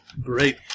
Great